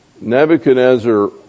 Nebuchadnezzar